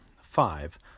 five